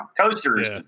coasters